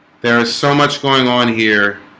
there is so much going on here